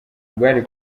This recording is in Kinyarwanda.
bwari